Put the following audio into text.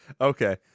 Okay